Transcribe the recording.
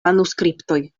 manuskriptoj